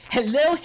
Hello